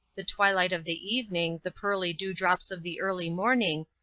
the twilight of the evening, the pearly dew-drops of the early morning,